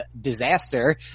disaster